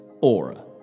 Aura